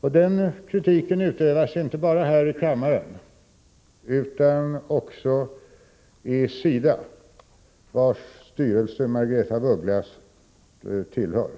Den kritiken utövas inte bara här i kammaren utan också i SIDA vars styrelse Margaretha af Ugglas tillhör.